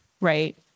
right